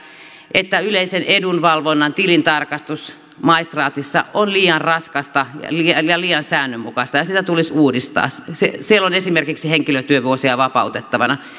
että yleisen edunvalvonnan tilintarkastus maistraatissa on liian raskasta ja liian ja liian säännönmukaista ja sitä tulisi uudistaa siellä on esimerkiksi henkilötyövuosia vapautettavana